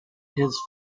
his